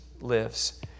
lives